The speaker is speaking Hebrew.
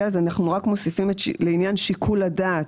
כן, אז אנחנו רק מוסיפים לעניין שיקול הדעת: